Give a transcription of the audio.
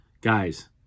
Guys